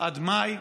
עד מאי,